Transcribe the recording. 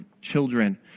children